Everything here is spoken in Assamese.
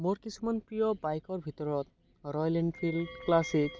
মোৰ কিছুমান প্ৰি বাইকৰ ভিতৰত ৰয়েল এনফিল্ড ক্লাছিক